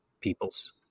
peoples